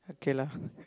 okay lah